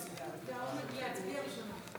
יהיה לי העונג להצביע ראשונה.